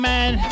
Man